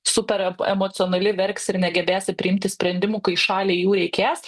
super e emocionali verksi ir negebėsi priimti sprendimų kai šaliai jų reikės